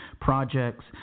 projects